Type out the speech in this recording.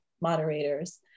moderators